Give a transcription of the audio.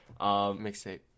mixtape